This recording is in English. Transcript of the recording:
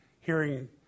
hearing